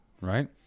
right